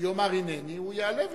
ויאמר הנני, הוא יעלה ויבוא.